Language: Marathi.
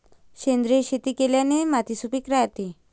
सेंद्रिय शेती केल्याने माती सुपीक राहते